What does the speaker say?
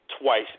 twice